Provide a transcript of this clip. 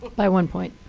by one point.